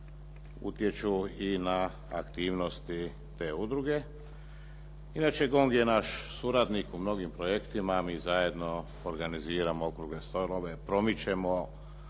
utječu i na aktivnosti te udruge. Inače, GONG je naš suradnik u mnogim projektima. Mi zajedno organiziramo okrugle stolove, promičemo